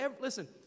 listen